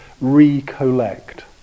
recollect